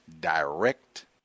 direct